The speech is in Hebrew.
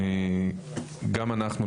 גם אנחנו,